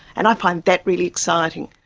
and i find that really exciting.